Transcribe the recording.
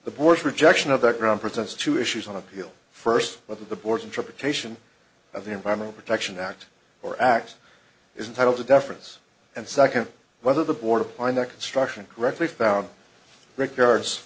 board's rejection of the ground presents two issues on appeal first whether the board's interpretation of the environmental protection act or act is entitled to deference and second whether the border line that construction correctly found regards